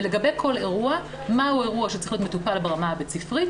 ולגבי כל אירוע מהו אירוע שצריך להיות מטופל ברמה הבית-ספרית